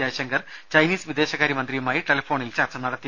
Jaishankar Chinese വിദേശകാര്യ മന്ത്രിയുമായി ടെലഫോണിൽ ചർച്ച നടത്തി